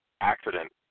accident